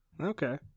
Okay